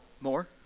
more